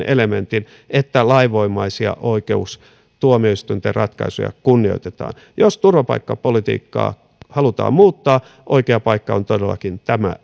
elementin että lainvoimaisia oikeustuomioistuinten ratkaisuja kunnioitetaan jos turvapaikkapolitiikkaa halutaan muuttaa oikea paikka on todellakin tämä